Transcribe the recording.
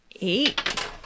Eight